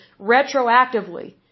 retroactively